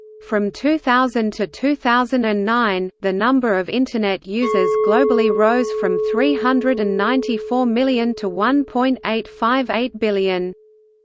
from two thousand to two thousand and nine, the number of internet users globally rose from three hundred and ninety four million to one point eight five eight billion.